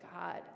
god